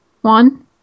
One